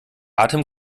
atem